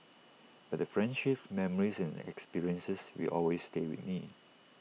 but the friendships memories and experiences will always stay with me